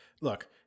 look